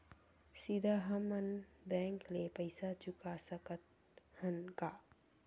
सीधा हम मन बैंक ले पईसा चुका सकत हन का?